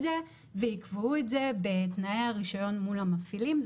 זה ויקבעו את זה בתנאי הרישיון מול המפעילים.